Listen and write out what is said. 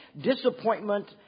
disappointment